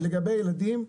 לגבי ילדים,